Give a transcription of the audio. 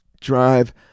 drive